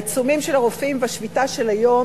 העיצומים של הרופאים והשביתה של היום,